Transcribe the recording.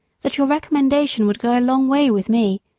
that your recommendation would go a long way with me,